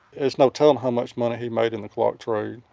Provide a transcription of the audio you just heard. it's no telling how much money he made in the clock trade.